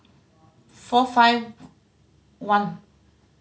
four five one